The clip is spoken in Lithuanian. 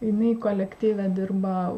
jinai kolektyve dirba